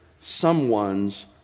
someone's